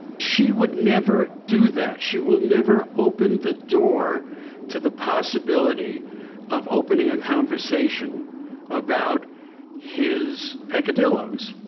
she would never do that. she will never open the door to the possibility of opening a conversation about his peccadilloes.